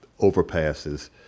overpasses